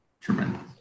Tremendous